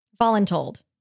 Voluntold